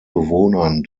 bewohnern